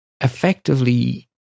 effectively